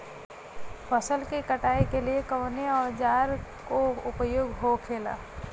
फसल की कटाई के लिए कवने औजार को उपयोग हो खेला?